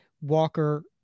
Walker